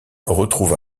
retrouve